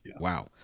wow